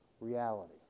reality